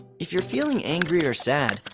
if you're feeling angry or sad,